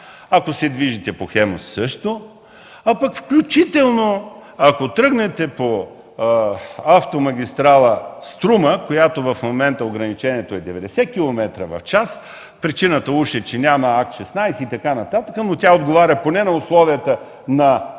Ако се движите по „Хемус” – също. Включително, ако тръгнете по автомагистрала „Струма”, по която в момента ограничението е до 90 км в час, причината уж е, че няма акт 16 и така нататък, но тя отговаря поне на условията на